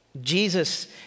Jesus